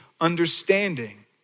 understanding